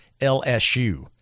LSU